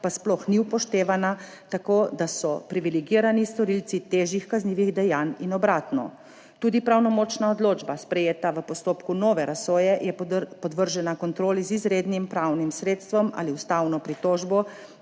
pa sploh ni upoštevana, tako da so privilegirani storilci težjih kaznivih dejanj in obratno. Tudi pravnomočna odločba, sprejeta v postopku nove razsoje, je podvržena kontroli z izrednim pravnim sredstvom ali ustavno pritožbo.